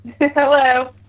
Hello